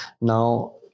Now